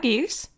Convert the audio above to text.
use